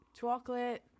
chocolate